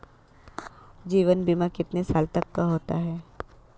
जीवन बीमा कितने साल तक का होता है?